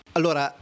Allora